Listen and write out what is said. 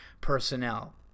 personnel